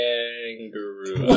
Kangaroo